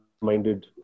minded